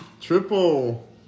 Triple